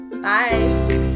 Bye